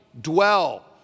dwell